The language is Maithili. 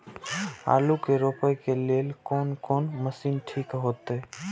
आलू के रोपे के लेल कोन कोन मशीन ठीक होते?